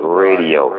radio